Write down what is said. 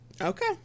Okay